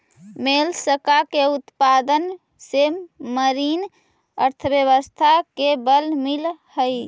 Mollusca के उत्पादन से मरीन अर्थव्यवस्था के बल मिलऽ हई